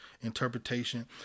interpretation